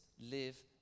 live